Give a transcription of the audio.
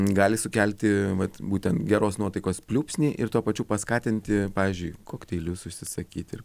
gali sukelti vat būtent geros nuotaikos pliūpsnį ir tuo pačiu paskatinti pavyzdžiui kokteilius užsisakyti ir